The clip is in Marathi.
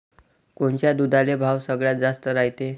कोनच्या दुधाले भाव सगळ्यात जास्त रायते?